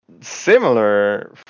similar